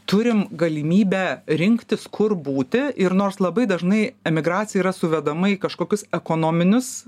turim galimybę rinktis kur būti ir nors labai dažnai emigracija yra suvedama į kažkokius ekonominius